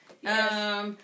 Yes